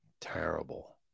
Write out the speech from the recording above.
terrible